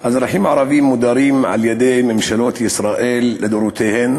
אזרחים ערבים מודרים על-ידי ממשלות ישראל לדורותיהן